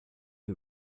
who